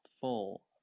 full